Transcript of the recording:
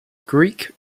greek